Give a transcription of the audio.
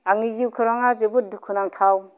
आंनि जिउ खौराङा जोबोद दुखुनांथाव